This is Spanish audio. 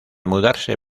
mudarse